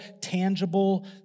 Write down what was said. tangible